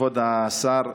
כבוד השר,